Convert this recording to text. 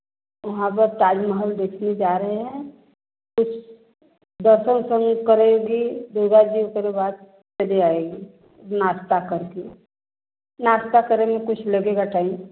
वहाँ पर ताज महल देखने जा रहे हैं कुछ दर्शन वर्शन भी करेंगी उसके बाद बजे आएगी नाश्ता करके नाश्ता करने में कुछ लगेगा टाइम